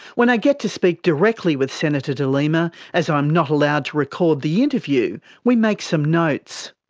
when i get to speak directly with senator de lima, as i am not allowed to record the interview we make some notes.